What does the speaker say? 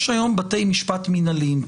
יש היום בתי משפט מינהליים.